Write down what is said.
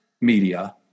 media